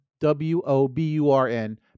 W-O-B-U-R-N